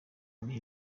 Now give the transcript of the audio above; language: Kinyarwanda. ibihe